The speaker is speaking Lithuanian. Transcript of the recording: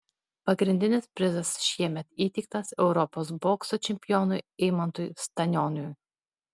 pagrindinis prizas šiemet įteiktas europos bokso čempionui eimantui stanioniui